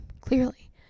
clearly